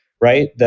right